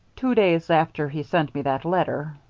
two days after he sent me that letter.